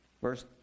Verse